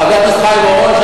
חבר הכנסת חיים אורון,